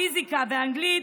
פיזיקה ואנגלית,